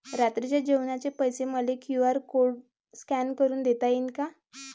रात्रीच्या जेवणाचे पैसे मले क्यू.आर कोड स्कॅन करून देता येईन का?